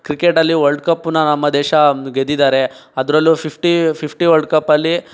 ಕ್ರಿಕೆಟಲ್ಲಿ ವರ್ಲ್ಡ್ ಕಪ್ನ ನಮ್ಮ ದೇಶ ಗೆದ್ದಿದ್ದಾರೆ ಅದರಲ್ಲೂ ಫಿಫ್ಟಿ ಫಿಫ್ಟಿ ವರ್ಲ್ಡ್ ಕಪ್ಪಲ್ಲಿ